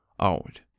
out